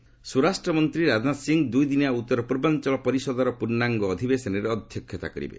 ରାଜନାଥ ସିଂହ ସ୍ୱରାଷ୍ଟ ମନ୍ତ୍ରୀ ରାଜନାଥ ସିଂହ ଦୁଇଦିନିଆ ଉତ୍ତର ପୂର୍ବାଞ୍ଚଳ ପରିଷଦର ପୂର୍ଣ୍ଣାଙ୍ଗ ଅଧିବେଶନରେ ଅଧ୍ୟକ୍ଷତା କରିବେ